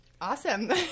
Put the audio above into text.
awesome